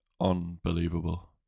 unbelievable